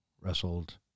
wrestled